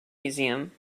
museum